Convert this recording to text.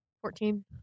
Fourteen